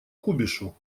кубишу